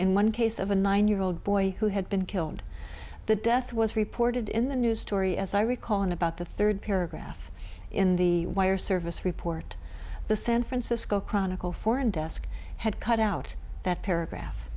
one case of a nine year old boy who had been killed the death was reported in the news story as i recall in about the third paragraph in the wire service report the san francisco chronicle foreign desk had cut out that paragraph